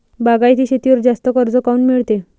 बागायती शेतीवर जास्त कर्ज काऊन मिळते?